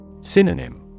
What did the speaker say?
Synonym